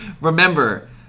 remember